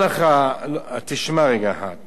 אחד, לא שמעתי את השאלה, שאלה מאוד חשובה.